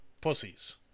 pussies